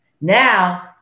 Now